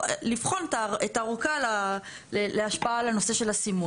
לבחון את האורכה להשפעה על הנושא של הסימון.